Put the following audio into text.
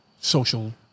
social